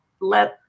let